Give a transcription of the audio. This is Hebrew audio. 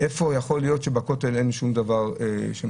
איפה יכול להיות שבכותל אין שום דבר שמגביל,